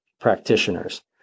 practitioners